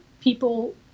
people